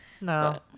No